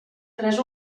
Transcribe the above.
tres